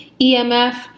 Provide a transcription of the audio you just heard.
EMF